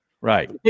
Right